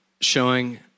showing